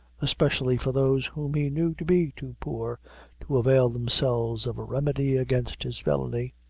especially for those whom he knew to be too poor to avail themselves of a remedy against his villany.